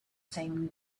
same